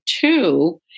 two